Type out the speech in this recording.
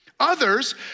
Others